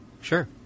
Sure